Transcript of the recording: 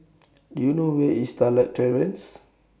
Do YOU know Where IS Starlight Terrace